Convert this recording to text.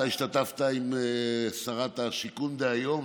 ואתה השתתפת עם שרת השיכון דהיום,